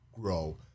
grow